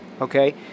okay